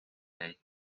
jäi